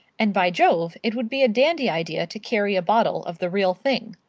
and by jove! it would be a dandy idea to carry a bottle of the real thing.